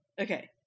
Okay